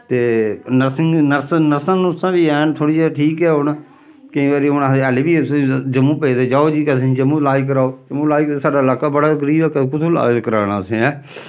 ते nursing nurse नर्सां नुर्सां बी हैन थोह्ड़ी जेहा ठीक ऐ हून केईं बारी हून आखदे हल्ली बी तुस जम्मू भेजदे जाओ जी असें जम्मू लाज कराओ जम्मू लाज साढ़ा लाका बड़ा गीरब ऐ कु'त्थू लाज कराना असें ऐं